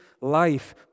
life